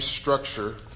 structure